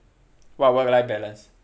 what work life balance